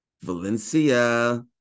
Valencia